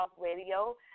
Radio